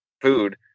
food